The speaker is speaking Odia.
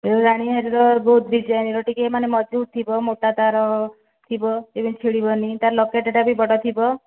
ରାଣୀହାର ଯେଉଁ ଡିଜାଇନର ଟିକେ ମାନେ ମଜବୁତ ଥିବ ମୋଟା ତା'ର ଥିବ ଯେମିତି ଛିଣ୍ଡିବନି ଆଉ ତା'ର ଲକେଟ ତା'ର ମୋଟା ଥିବ